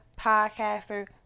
podcaster